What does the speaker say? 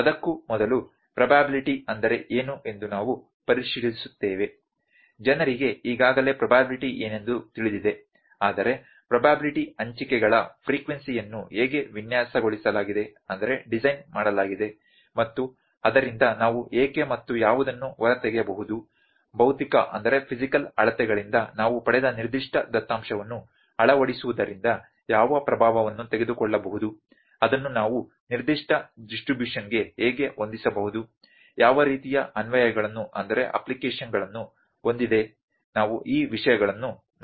ಅದಕ್ಕೂ ಮೊದಲು ಪ್ರೊಬ್ಯಾಬಿಲ್ಟಿ ಅಂದರೆ ಏನು ಎಂದು ನಾವು ಪರಿಶೀಲಿಸುತ್ತೇವೆ ಜನರಿಗೆ ಈಗಾಗಲೇ ಪ್ರೊಬ್ಯಾಬಿಲ್ಟಿ ಏನೆಂದು ತಿಳಿದಿದೆ ಆದರೆ ಪ್ರೊಬ್ಯಾಬಿಲ್ಟಿ ಹಂಚಿಕೆಗಳ ಫ್ರೀಕ್ವೆನ್ಸಿಯನ್ನು ಹೇಗೆ ವಿನ್ಯಾಸಗೊಳಿಸಲಾಗಿದೆ ಮತ್ತು ಅದರಿಂದ ನಾವು ಏಕೆ ಮತ್ತು ಯಾವುದನ್ನು ಹೊರತೆಗೆಯಬಹುದು ಭೌತಿಕ ಅಳತೆಗಳಿಂದ ನಾವು ಪಡೆದ ನಿರ್ದಿಷ್ಟ ದತ್ತಾಂಶವನ್ನು ಅಳವಡಿಸುವುದರಿಂದ ಯಾವ ಪ್ರಭಾವವನ್ನು ತೆಗೆದುಕೊಳ್ಳಬಹುದು ಅದನ್ನು ನಾವು ನಿರ್ದಿಷ್ಟ ಡಿಸ್ಟ್ರಬ್ಯೂಶನಗೆ ಹೇಗೆ ಹೊಂದಿಸಬಹುದು ಯಾವ ರೀತಿಯ ಅನ್ವಯಗಳನ್ನು ಹೊಂದಿದೆ ನಾವು ಈ ವಿಷಯಗಳನ್ನು ನೋಡುತ್ತೇವೆ